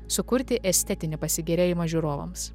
sukurti estetinį pasigėrėjimą žiūrovams